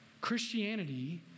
Christianity